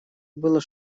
было